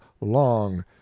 long